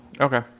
okay